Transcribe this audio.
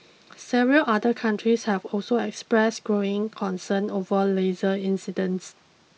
several other countries have also expressed growing concern over laser incidents